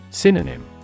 Synonym